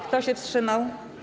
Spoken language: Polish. Kto się wstrzymał?